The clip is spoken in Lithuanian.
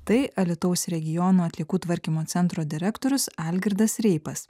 tai alytaus regiono atliekų tvarkymo centro direktorius algirdas reipas